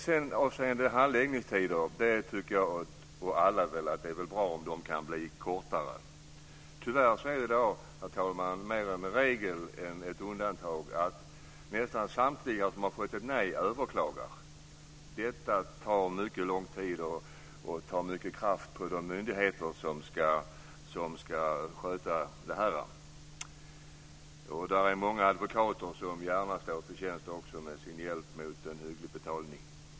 Jag och säkert alla andra tycker att det är bra om handläggningstiderna kan bli kortare. Tyvärr är det i dag så, herr talman, att nästan samtliga som har fått ett nej överklagar. Detta tar mycket lång tid, och det tar mycket kraft från de myndigheter som ska sköta det. Det finns många advokater som gärna står till tjänst mot en hygglig betalning.